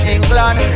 England